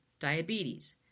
diabetes